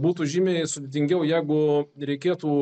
būtų žymiai sudėtingiau jeigu reikėtų